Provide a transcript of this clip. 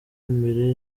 imbere